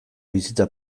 bizitza